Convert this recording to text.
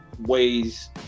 ways